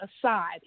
aside